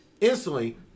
instantly